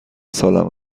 سالم